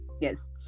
Yes